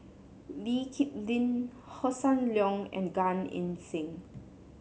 Lee Kip Lin Hossan Leong and Gan Eng Seng